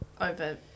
over